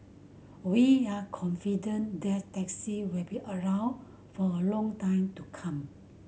we are confident that taxi will be around for a long time to come